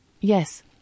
Yes